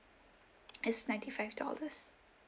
it's ninety five dollars